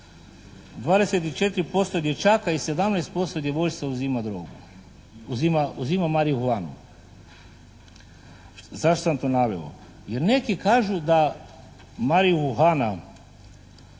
24% dječaka i 17% djevojčica uzima drogu. Uzima marihuanu. Zašto sam to naveo? Jer neki kažu da marihuana